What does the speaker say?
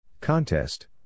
Contest